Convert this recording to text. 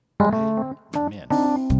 Amen